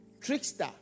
trickster